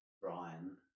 Brian